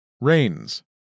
Rains